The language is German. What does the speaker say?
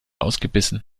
ausgebissen